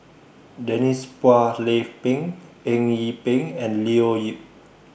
Denise Phua Lay Peng Eng Yee Peng and Leo Yip